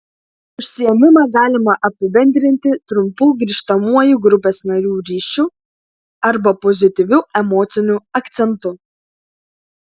užsiėmimą galima apibendrinti trumpu grįžtamuoju grupės narių ryšiu arba pozityviu emociniu akcentu